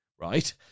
right